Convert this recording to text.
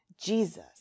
Jesus